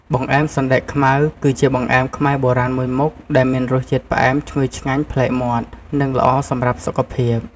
បង្អែមសណ្ដែកខ្មៅ គឺជាបង្អែមខ្មែរបុរាណមួយមុខ ដែលមានរសជាតិផ្អែមឈ្ងុយឆ្ងាញ់ប្លែកមាត់ និងល្អសម្រាប់សុខភាព។